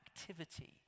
activity